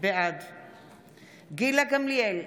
בעד גילה גמליאל,